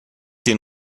den